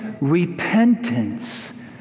repentance